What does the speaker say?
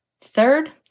Third